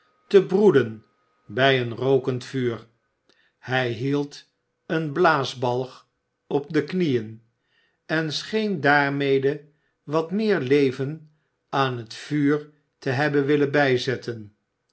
te broeden bij een rookend vuur hij hield een blaasbalg op de knieën en scheen daarmede wat meer leven aan het vuur te hebben wi len bijzetten